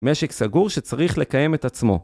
משק סגור שצריך לקיים את עצמו